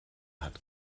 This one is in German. hat